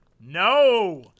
No